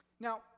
Now